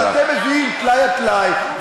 אבל אתם מביאים טלאי על טלאי,